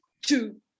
two